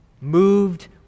Moved